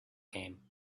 came